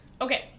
Okay